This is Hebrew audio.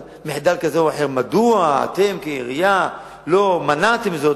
על מחדל כזה או אחר: מדוע אתם כעירייה לא מנעתם זאת